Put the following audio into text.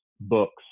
books